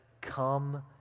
come